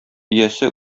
иясе